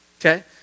okay